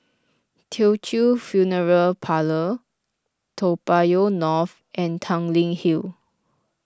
Teochew Funeral Parlour Toa Payoh North and Tanglin Hill